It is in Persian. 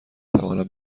توانم